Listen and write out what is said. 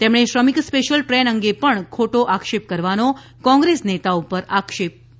તેમણે શ્રમિક special train અંગે પણ ખોટો આક્ષેપ કરવાનો કોંગ્રેસ નેતા ઉપર આક્ષેપ મૂક્યો હતો